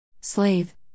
Slave